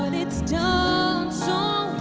and it's done so